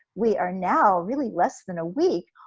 we are now really less than a week,